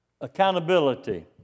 accountability